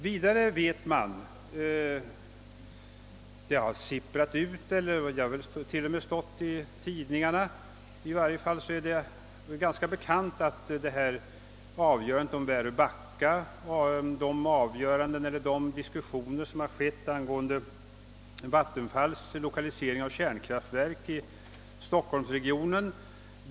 Det är dessutom ganska bekant — det har sipprat ut och väl också stått i tidningarna — att riksplaneringsgruppen har konsulterats vid avgörandet om Väröbacka och i de diskussioner som förts angående lokalisering av kärnkraftverk i stockholmsregionen.